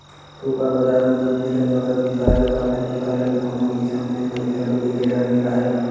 super बजार म जिनिस ल नगद बिसाए ल परथे जेखर ले कोनो किसम ले पइसा डूबे के डर नइ राहय